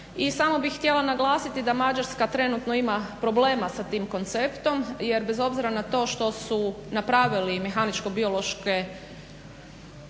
samo bih htjela naglasiti da Mađarska trenutno ima problema sa tim konceptom, jer bez obzira na to što su napravili mehaničko-biološku